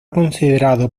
considerado